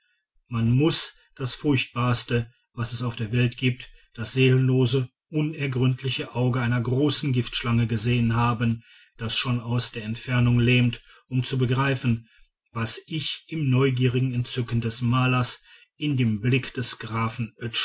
man muß das furchtbarste was es auf der welt gibt das seelenlose unergründliche auge einer großen giftschlange gesehen haben das schon aus der entfernung lähmt um zu begreifen was ich im neugierigen entzücken des malers in dem blick des grafen